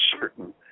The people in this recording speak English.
certain